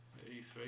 E3